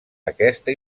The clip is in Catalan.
aquesta